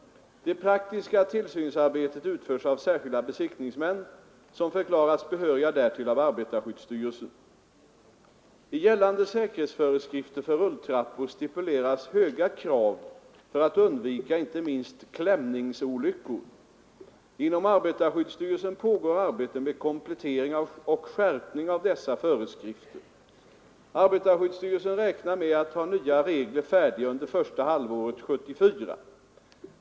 Det praktiska tillsynsarbetet utförs av särskilda besiktningsmän som förklarats behöriga därtill av arbetarskyddsstyrelsen. I gällande säkerhetsföreskrifter för rulltrappor stipuleras höga krav för att undvika inte minst klämningsolyckor. Inom arbetarskyddsstyrelsen pågår arbete med komplettering och skärpning av dessa föreskrifter. Arbetarskyddsstyrelsen räknar med att ha nya regler färdiga under första halvåret 1974.